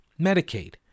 Medicaid